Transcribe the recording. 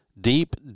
Deep